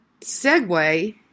segue